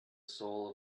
soul